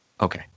Okay